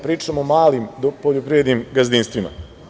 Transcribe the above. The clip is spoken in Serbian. Pričam o malim poljoprivrednim gazdinstvima.